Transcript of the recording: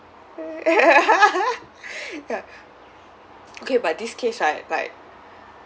ya okay but this case right like